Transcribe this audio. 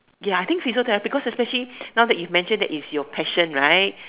ya I think psychotherapy because especially now that you mentioned that is your passion right